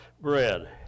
bread